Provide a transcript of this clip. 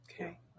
okay